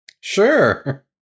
Sure